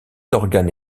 organes